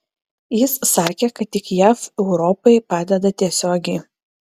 jis sakė kad tik jav europai padeda tiesiogiai